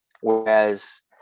whereas